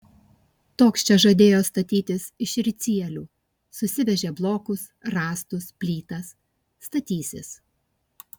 toks čia žadėjo statytis iš ricielių susivežė blokus rąstus plytas statysis